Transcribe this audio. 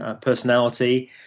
personality